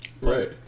Right